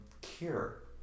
cure